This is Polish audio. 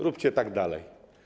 Róbcie tak dalej.